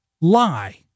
lie